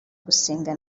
gusenga